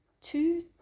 two